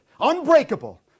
unbreakable